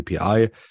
API